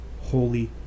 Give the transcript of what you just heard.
Holy